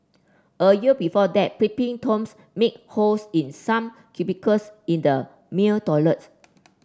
a year before that peeping Toms made holes in some cubicles in the male toilets